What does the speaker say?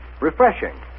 Refreshing